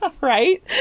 Right